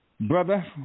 brother